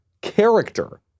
character